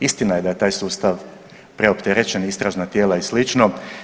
Istina je da je taj sustav preopterećen, istražna tijela i slično.